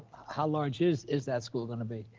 how large is is that school gonna be?